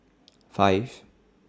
five